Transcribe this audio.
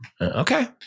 Okay